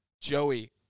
Joey